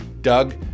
Doug